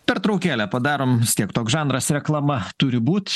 pertraukėlę padarom vis tiek toks žanras reklama turi būti